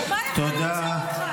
מה יכול לעצור אותך?